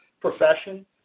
profession